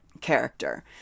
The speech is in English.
character